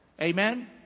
Amen